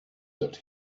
that